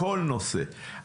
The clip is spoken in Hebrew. בכל נושא,